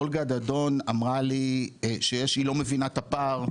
אולגה דדון אמרה לי שהיא לא מבינה את הפער,